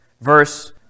Verse